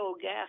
gas